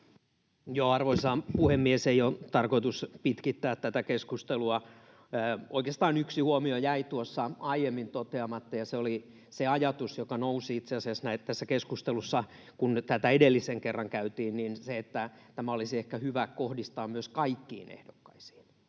Arvoisa puhemies! Ei ole tarkoitus pitkittää tätä keskustelua. Oikeastaan yksi huomio jäi tuossa aiemmin toteamatta, ja se oli se ajatus, joka nousi itse asiassa tässä keskustelussa, kun tätä edellisen kerran käytiin, eli se, että tämä olisi ehkä hyvä kohdistaa myös kaikkiin ehdokkaisiin,